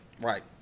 Right